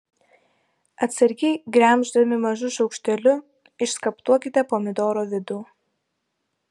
atsargiai gremždami mažu šaukšteliu išskaptuokite pomidoro vidų